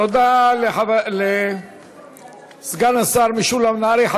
תודה לסגן השר משולם נהרי.